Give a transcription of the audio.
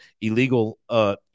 illegal